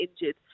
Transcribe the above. injured